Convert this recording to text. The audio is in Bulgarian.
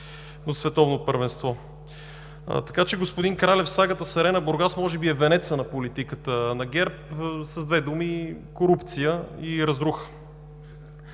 от световно първенство. Така че, господин Кралев, сагата с „Арена“ – Бургас, може би е венеца на политиката на ГЕРБ. С две думи: корупция и разруха.